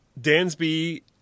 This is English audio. Dansby